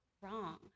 wrong